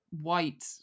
white